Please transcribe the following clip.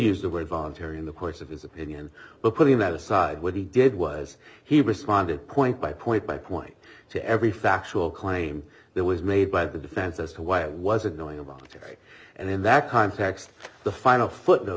use the word voluntary in the course of his opinion but putting that aside what he did was he responded point by point by point to every factual claim that was made by the defense as to why it wasn't knowing about the tech and in that context the final footnote